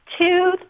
Two